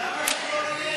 למה שיהיה?